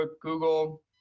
Google